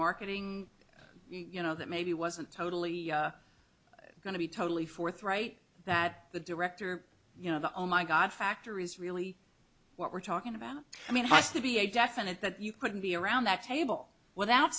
marketing you know that maybe wasn't totally going to be totally forthright that the director you know the on my god factor is really what we're talking about i mean it has to be a definite that you couldn't be around that table without